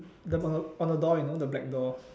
the on on the door you know the black door